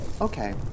Okay